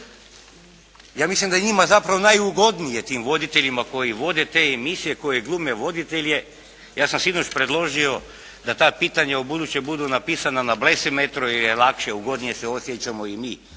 Ja mislim da je njima zapravo najugodnije tim voditeljima koji vode te emisije, koji glume voditelje. Ja sam sinoć predložio da ta pitanja u buduće budu napisana na blesimetru jer lakše je, ugodnije se osjećamo i mi